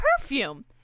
perfume